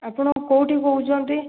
ଆପଣ କେଉଁଠି କହୁଛନ୍ତି